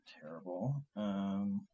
terrible